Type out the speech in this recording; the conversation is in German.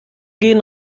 gehen